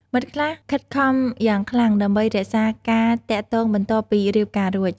មិត្តខ្លះខិតខំយ៉ាងខ្លាំងដើម្បីរក្សាការទាក់ទងបន្ទាប់ពីរៀបការរួច។